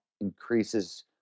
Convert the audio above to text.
increases